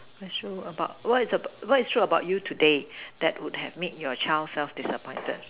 what is true about what is about what is true about you today that would have made your child self disappointed